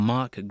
Mark